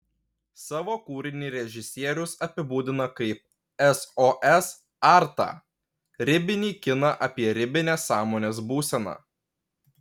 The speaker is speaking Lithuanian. savo kūrinį režisierius apibūdina kaip sos artą ribinį kiną apie ribinę sąmonės būseną